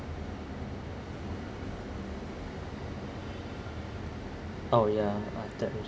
oh yeah